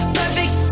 perfect